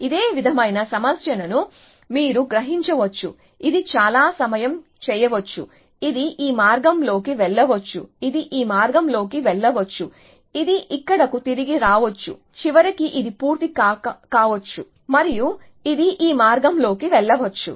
ఇదే విధమైన సమస్యను మీరు గ్రహించవచ్చు ఇది చాలా సమయం చేయవచ్చు ఇది ఈ మార్గంలోకి వెళ్ళవచ్చు ఇది ఈ మార్గంలోకి వెళ్ళవచ్చు ఇది ఇక్కడకు తిరిగి రావచ్చు చివరికి ఇది పూర్తి కావచ్చు మరియు ఇది ఈ మార్గంలోకి వెళ్ళవచ్చు